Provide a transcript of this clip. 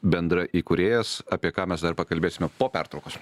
bendraįkūrėjas apie ką mes dar pakalbėsime po pertraukos